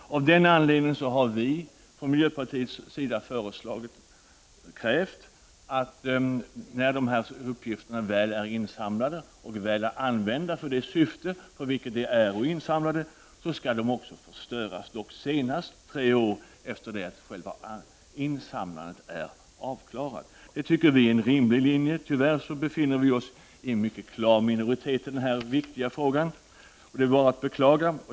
Av den anledningen har vi från miljöpartiet krävt att uppgifterna, när de väl är insamlade och använda för det syfte för vilket de är insamlade, skall förstöras — senast tre år efter det att själva insamlandet är slutfört. Det tycker vi är en rimlig linje. Tyvärr är vi i klar minoritet i den här viktiga frågan. Detta är bara att beklaga.